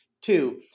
Two